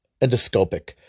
endoscopic